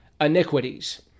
iniquities